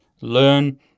Learn